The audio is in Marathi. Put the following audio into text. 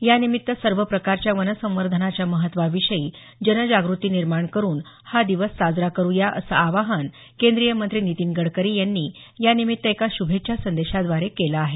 यानिमित्त सर्व प्रकारच्या वन संवर्धनाच्या महत्वाविषयी जनजागृती निर्माण करून हा दिवस साजरा करूया असं आवाहन केंद्रीय मंत्री नितीन गडकरी यांनी या निमित्त एका शुभेच्छा संदेशाद्वारे केलं आहे